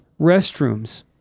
restrooms